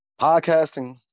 podcasting